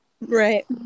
Right